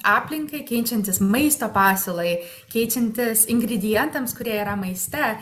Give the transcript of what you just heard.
aplinkai keičiantis maisto pasiūlai keičiantis ingredientams kurie yra maiste